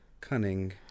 cunning